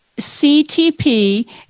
CTP